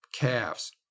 calves